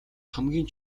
хамгийн